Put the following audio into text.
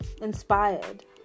Inspired